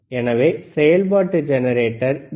எனவே செயல்பாட்டு generator D